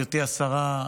גברתי השרה,